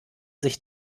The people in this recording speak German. sich